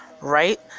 right